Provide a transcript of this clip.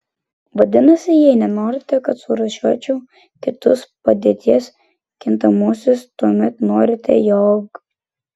vadinasi jei nenorite kad surūšiuočiau kitus padėties kintamuosius tuomet norite jog